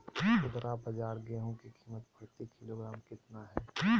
खुदरा बाजार गेंहू की कीमत प्रति किलोग्राम कितना है?